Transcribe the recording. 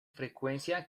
frecuencia